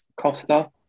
Costa